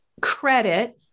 credit